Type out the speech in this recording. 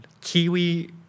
Kiwi